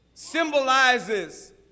symbolizes